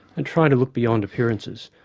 and try to look beyond appearances.